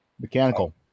mechanical